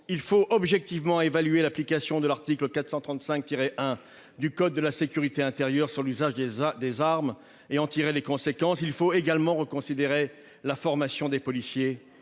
il faut objectivement évaluer l'application de l'article L. 435-1 du code de la sécurité intérieure sur l'usage des armes et en tirer les conséquences. Il faut également reconsidérer la formation des policiers,